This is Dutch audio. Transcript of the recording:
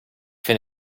vind